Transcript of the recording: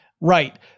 right